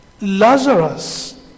Lazarus